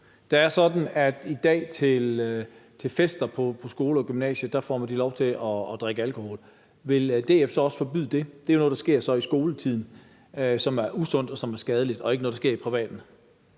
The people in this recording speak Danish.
Det er sådan, at de i dag til fester på skoler og gymnasier får lov til at drikke alkohol. Vil DF så også forbyde det? Det er jo noget, der sker i skoletiden, og som er usundt og skadeligt, og ikke noget, der sker i privaten.